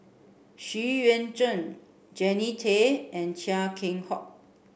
Xu Yuan Zhen Jannie Tay and Chia Keng Hock